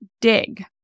dig